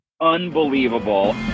unbelievable